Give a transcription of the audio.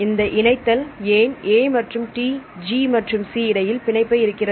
இந்த இணைத்தல் ஏன் A மற்றும் T G மற்றும் C இடையில் பிணைப்பை இருக்கிறது